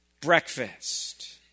breakfast